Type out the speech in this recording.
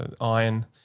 iron